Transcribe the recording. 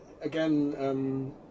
again